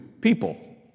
people